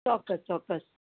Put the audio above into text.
ચોક્કસ ચોક્કસ